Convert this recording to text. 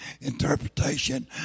interpretation